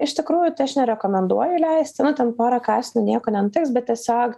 iš tikrųjų tai aš nerekomenduoju leisti nu ten pora kąsnių nieko nenutiks bet tiesiog